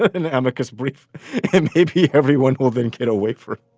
in the amicus brief, and maybe everyone will then get a waiver